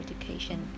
education